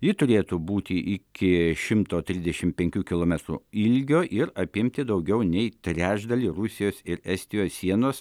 ji turėtų būti iki šimto trisdešimt penkių kilometrų ilgio ir apimti daugiau nei trečdalį rusijos ir estijos sienos